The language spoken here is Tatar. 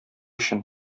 өчен